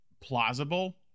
plausible